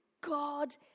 God